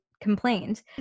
complained